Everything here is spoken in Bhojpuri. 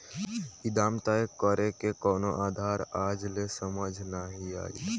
ई दाम तय करेके कवनो आधार आज ले समझ नाइ आइल